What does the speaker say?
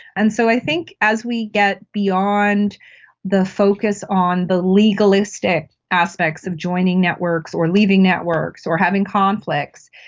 and so i think as we get beyond the focus on the legalistic aspects of joining networks or leaving networks or having conflicts,